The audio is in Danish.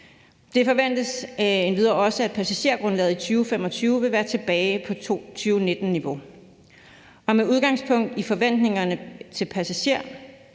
Det forventes endvidere også, at passagergrundlaget i 2025 vil være tilbage på 2019-niveau, og med udgangspunkt i forventningerne til passagertal